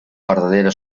verdadera